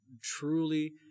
truly